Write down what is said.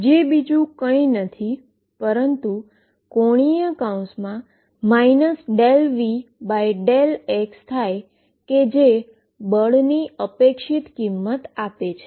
જે બીજું કઈં નથી પરંતુ ⟨ ∂V∂x⟩ થાય કે જે બળની એક્સપેક્ટેશન વેલ્યુ આપે છે